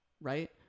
right